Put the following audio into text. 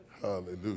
Hallelujah